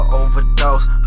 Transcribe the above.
overdose